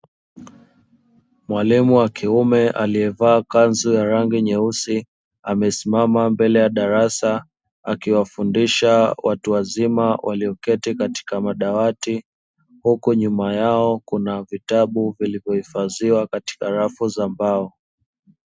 Mwalimu wa kiume aliyevaa kanzu ya rangi nyeusi amesimama mbele ya darasa wakiwafundisha watu wazima walioketi katika madawati huku nyuma yao kuna vitabu vilivyohifadhiwa katika rafu za mbao.